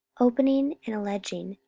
opening and alleging,